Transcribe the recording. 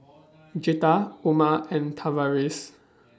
Jetta Oma and Tavaris